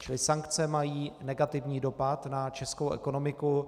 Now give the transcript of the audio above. Čili sankce mají negativní dopad na českou ekonomiku.